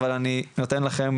אבל אני נותן לכם